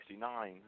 1969